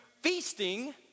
feasting